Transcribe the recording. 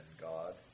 God